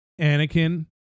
Anakin